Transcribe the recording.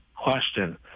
question